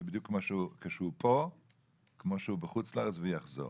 זה בדיוק כמו שהוא פה כמו שהוא בחוץ לארץ ויחזור.